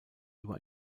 über